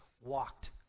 walked